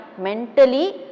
mentally